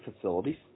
facilities